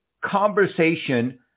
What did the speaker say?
conversation